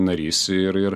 narys ir ir